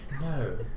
No